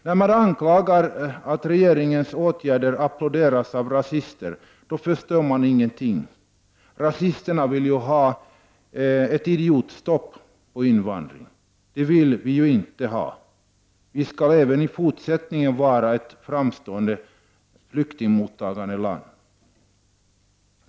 Den som anklagar regeringen och påstår att dess åtgärder applåderas av rasister förstår ingenting. Rasisterna vill ju ha ett idiotstopp för invandringen. Det vill inte vi ha. Sverige skall äveni fortsättningen vara ett framstående flyktingmottagarland.